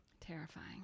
Terrifying